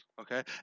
Okay